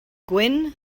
gwyn